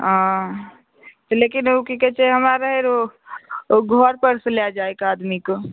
लेकिन ओ कि कहै छै हमरा रहै ओ ओ घर पर सँ लए जाइ कऽ आदमीके